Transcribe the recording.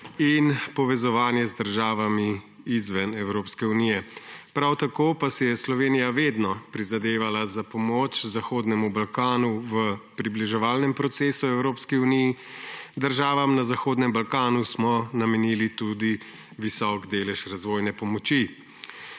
in povezovanja z državami izven Evropske unije. Prav tako pa si je Slovenija vedno prizadevala za pomoč Zahodnemu Balkanu v približevalnem procesu Evropski uniji, državam na Zahodnem Balkanu smo namenili tudi visok delež razvojne pomoči.